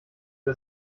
wir